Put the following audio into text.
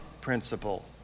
principle